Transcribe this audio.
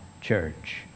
church